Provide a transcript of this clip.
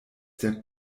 der